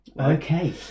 okay